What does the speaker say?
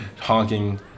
honking